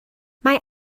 mae